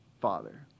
father